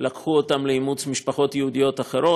לקחו אותם לאימוץ משפחות יהודיות אחרות,